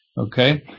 okay